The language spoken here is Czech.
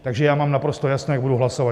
Takže já mám naprosto jasno, jak budu hlasovat.